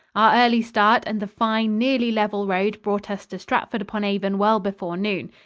our early start and the fine, nearly level road brought us to stratford-upon-avon well before noon.